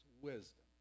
wisdom